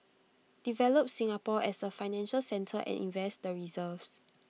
develop Singapore as A financial centre and invest the reserves